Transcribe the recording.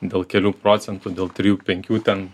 dėl kelių procentų dėl trijų penkių ten